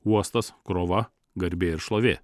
uostas krova garbė ir šlovė